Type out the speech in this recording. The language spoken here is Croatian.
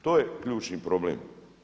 To je ključni problem.